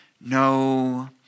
No